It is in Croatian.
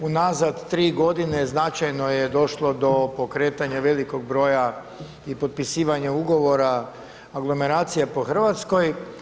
Unazad 3 godine značajno je došlo do pokretanja velikog broja i potpisivanja ugovora aglomeracija po Hrvatskoj.